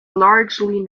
largely